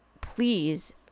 please